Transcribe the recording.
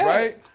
Right